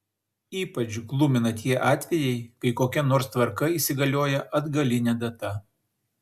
ypač glumina tie atvejai kai kokia nors tvarka įsigalioja atgaline data